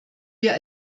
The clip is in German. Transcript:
wir